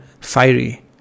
fiery